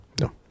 no